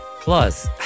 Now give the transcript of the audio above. Plus